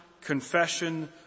confession